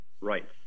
Right